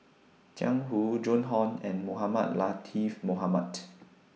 Jiang Hu Joan Hon and Mohamed Latiff Mohamed